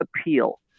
appeal